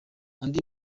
andi